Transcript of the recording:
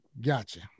gotcha